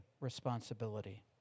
responsibility